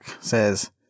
says